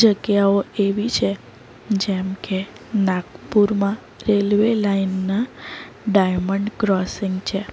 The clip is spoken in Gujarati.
જગ્યાઓ એવી છે જેમકે નાગપુરમાં રેલવે લાઈનના ડાઇમંડ ક્રોસિંગ છે